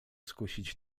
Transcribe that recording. skusić